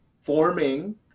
forming